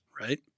right